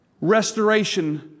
restoration